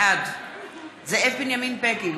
בעד זאב בנימין בגין,